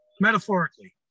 Metaphorically